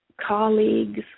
colleagues